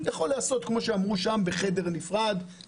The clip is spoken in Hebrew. יכול להיעשות בחדר נפרד.